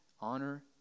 honor